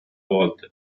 volta